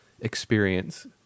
experience